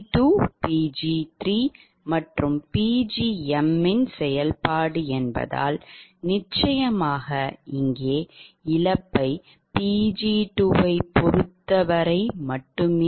Pgm இன் செயல்பாடு என்பதால் நிச்சயமாக இங்கே இழப்பு 𝑃𝑔Pg2 ஐ பொறுத்தவரை மட்டுமே